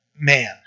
man